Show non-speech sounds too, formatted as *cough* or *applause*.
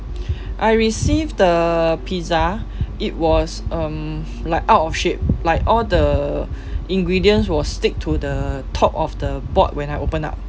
*breath* I received the pizza it was um like out of shape like all the *breath* ingredients was stick to the top of the board when I open up